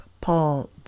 Paul